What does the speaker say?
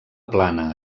plana